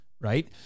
right